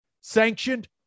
sanctioned